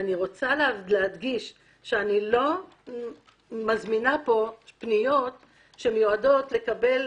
אני רוצה להדגיש שאיני מזמינה פניות שמיועדות לקבל